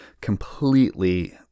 Completely